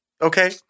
okay